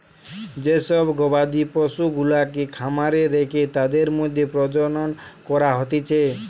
যে সব গবাদি পশুগুলাকে খামারে রেখে তাদের মধ্যে প্রজনন করা হতিছে